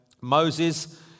Moses